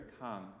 come